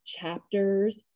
chapters